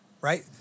right